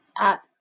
up